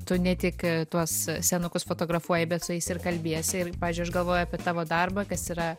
tu ne tik tuos senukus fotografuoji bet su jais ir kalbiesi ir pavyzdžiui aš galvoju apie tavo darbą kas yra